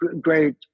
great